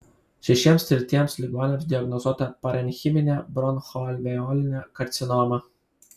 šešiems tirtiems ligoniams diagnozuota parenchiminė bronchoalveolinė karcinoma